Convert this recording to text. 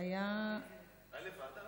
נראה לי לוועדה,